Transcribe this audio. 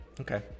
Okay